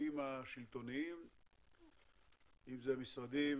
והגופים השלטוניים אם זה משרד האנרגיה,